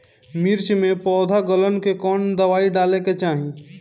मिर्च मे पौध गलन के कवन दवाई डाले के चाही?